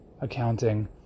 accounting